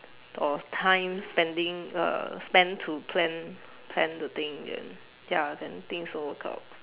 or times spending uh spent to plan plan the things and ya then things don't work out